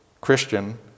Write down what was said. Christian